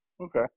Okay